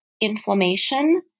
inflammation